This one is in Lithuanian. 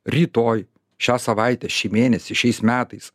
rytoj šią savaitę šį mėnesį šiais metais